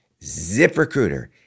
ZipRecruiter